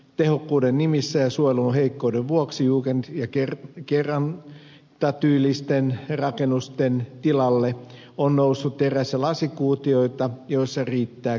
tehokkuuden nimissä ja suojelun heikkouden vuoksi jugend ja kertaustyylisten rakennusten tilalle on noussut teräs ja lasikuutioita joissa riittää kerrosneliömetrejä